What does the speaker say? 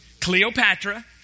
Cleopatra